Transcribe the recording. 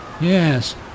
Yes